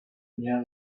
near